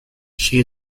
she